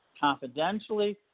confidentially